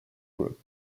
group